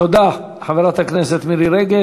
תודה, חברת הכנסת מירי רגב.